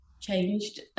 changed